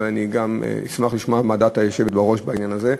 ואני גם אשמח לשמוע מה דעת היושבת בראש בעניין הזה,